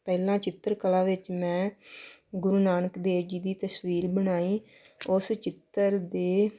ਪਹਿਲਾਂ ਚਿੱਤਰ ਕਲਾ ਵਿੱਚ ਮੈਂ ਗੁਰੂ ਨਾਨਕ ਦੇਵ ਜੀ ਦੀ ਤਸਵੀਰ ਬਣਾਈ ਉਸ ਚਿੱਤਰ ਦੇ